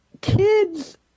kids